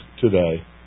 today